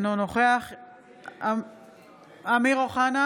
אינו נוכח אמיר אוחנה,